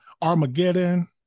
armageddon